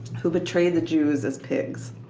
who betrayed the jews, as pigs.